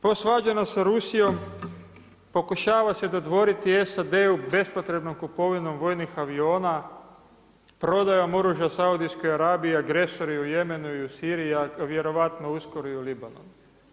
Posvađana sa Rusijom, pokušava se dodvoriti SAD-u bespotrebnom kupovinom vojnih aviona, prodajom oružja Saudijskoj Arabiji agresoru u Jemenu i u Siriji, a vjerojatno uskoro i u Libanonu.